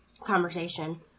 conversation